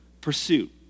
pursuit